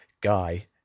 Guy